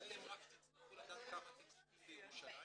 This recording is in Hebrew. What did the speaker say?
איתי חברת הכנסת שרת הקליטה לשעבר,